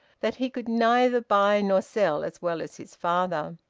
that he could neither buy nor sell as well as his father.